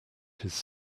his